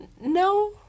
No